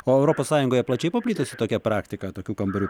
o europos sąjungoje plačiai paplitusi tokia praktika tokių kambarių